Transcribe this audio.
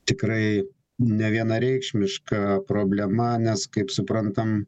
tikrai nevienareikšmiška problema nes kaip suprantam